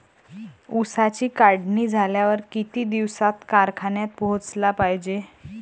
ऊसाची काढणी झाल्यावर किती दिवसात कारखान्यात पोहोचला पायजे?